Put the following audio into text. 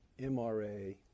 MRA